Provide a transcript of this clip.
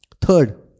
Third